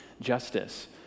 Justice